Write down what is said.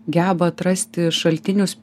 geba atrasti šaltinius